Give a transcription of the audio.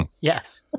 Yes